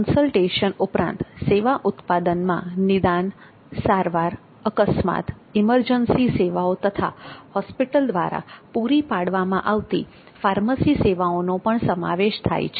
consultation ઉપરાંત સેવા ઉત્પાદનમાં નિદાનસારવાર અકસ્માત ઇમરજન્સી સેવાઓ તથા હોસ્પિટલ દ્વારા પૂરી પાડવામાં આવતી ફાર્મસી સેવાઓ નો પણ સમાવેશ થાય છે